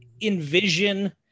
envision